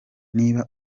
niba